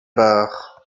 barre